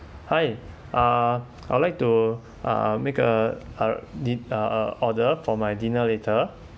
hi uh I would like to uh make uh uh di~ uh uh order for my dinner later